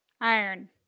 Iron